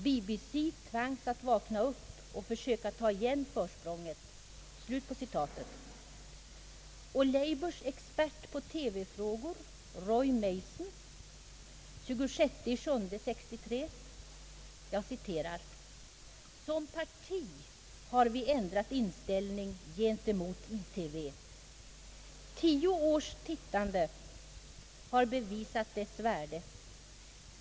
BBC tvangs att vakna upp och försöka ta igen försprånget.» Labours expert på TV-frågor Roy Mason yttrade den 27/6 1963: »Som parti har vi ändrat inställning gentemot ITV. Tio års tittande har bevisat dess värde.